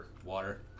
water